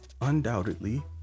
undoubtedly